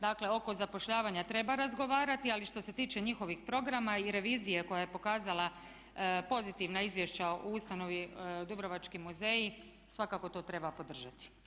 Dakle oko zapošljavanja treba razgovarati ali što se tiče njihovih programa i revizije koja je pokazala pozitivna izvješća o ustanovi Dubrovački muzeji svakako to treba podržati.